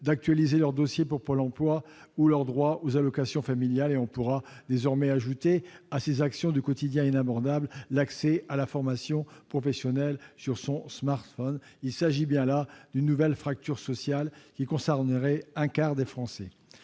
d'actualiser leur dossier pour Pôle emploi ou leurs droits aux allocations familiales- on pourra dorénavant ajouter à ces actions inabordables du quotidien l'accès à la formation professionnelle un smartphone. Il s'agit là d'une nouvelle fracture sociale, qui concernerait un quart des Français.